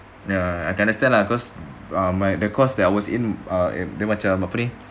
ya I can understand lah cause my uh the course that I was in dia macam apa ni